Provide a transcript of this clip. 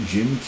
Jim